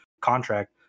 contract